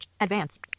advance